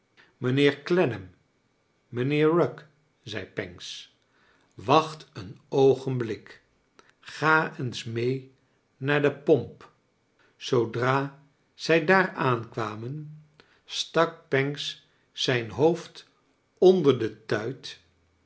mij n heer rugg zei pancks wacht een oogenblik ga eens mee naar de pomp zoodra zij daar aankwamen stak pancks zijn hoofd onder de tuit